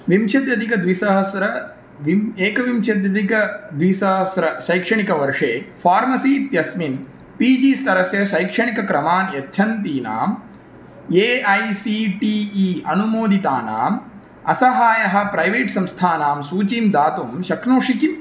विंशति अधिकद्विसहस्रं विम् एकविशत्यधिकद्विसहस्रतमशैक्षणिकवर्षे फ़ार्मसी इत्यस्मिन् पी जी स्तरस्य शैक्षणिकक्रमान् यच्छन्तीनां A I C T E अनुमोदितानां असहायः प्रैवेट् संस्थानां सूचीं दातुं शक्नोषि किम्